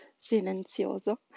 silenzioso